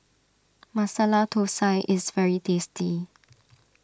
Masala Thosai is very tasty